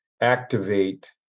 activate